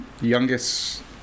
youngest